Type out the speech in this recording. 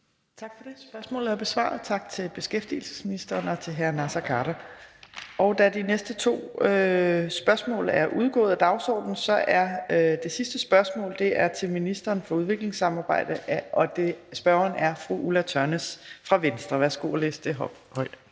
Tak for det. Spørgsmålet er besvaret. Tak til beskæftigelsesministeren og til hr. Naser Khader. Da de næste to spørgsmål er udgået af dagsordenen, er det sidste spørgsmål til ministeren for udviklingssamarbejde. Spørgeren er fru Ulla Tørnæs fra Venstre. Kl. 14:46 Spm. nr. S 914